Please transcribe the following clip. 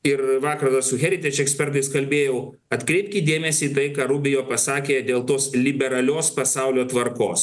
ir vakaras su heritedž ekspertais kalbėjau atkreipkit dėmesį tai ką rubio pasakė dėl tos liberalios pasaulio tvarkos